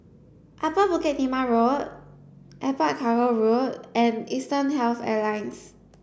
Upper Bukit Timah Road Airport Cargo Road and Eastern Health Alliance